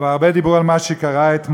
כבר דיברו הרבה על מה שקרה אתמול,